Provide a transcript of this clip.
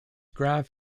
graph